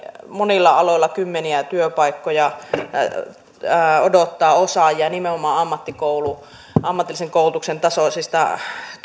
monilla aloilla on kymmeniä työpaikkoja jotka odottavat osaajia nimenomaan ammatillisen koulutuksen tasoisista